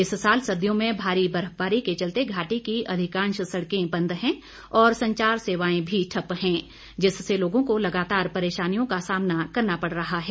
इस साल सर्दियों में भारी बर्फबारी के चलते घाटी की अधिकांश सड़कें बंद हैं और संचार सेवाएं भी ठप्प हैं जिससे लोगों को लगातार परेशानियों का सामना करना पड़ रहा है